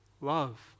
love